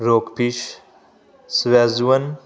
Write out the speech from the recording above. ਰੋਕਪੀਸ਼ wazwan